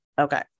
okay